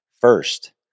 First